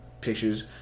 pictures